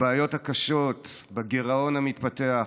הבעיות הקשות בגירעון המתפתח,